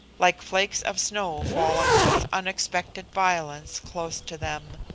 like flakes of snow falling with unexpected violence close to them.